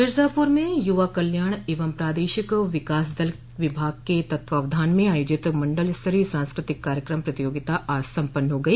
मिर्जापुर में युवा कल्याण एवं प्रादेशिक विकास दल विभाग के तत्वावधान में आयोजित मंडल स्तरीय सांस्कृतिक कार्यक्रम प्रतियोगिता आज संपन्न हो गई